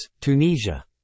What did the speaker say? Tunisia